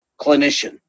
clinician